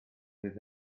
fydd